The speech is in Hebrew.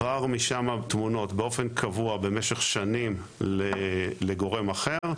עברו משם תמונות באופן קבוע במשך השנים לגורם אחר.